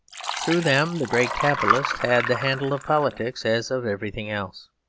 through them the great capitalists had the handle of politics, as of everything else.